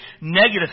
negative